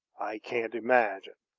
i can't imagine.